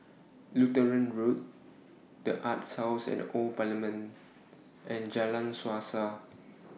Lutheran Road The Arts House At The Old Parliament and Jalan Suasa